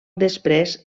després